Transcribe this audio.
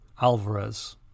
Alvarez